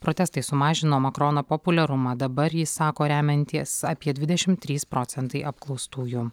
protestai sumažino makrono populiarumą dabar jį sako remiantys apie dvidešim trys procentai apklaustųjų